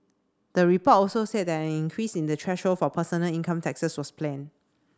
the report also said that an increase in the threshold for personal income taxes was planned